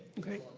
okay,